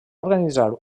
organitzar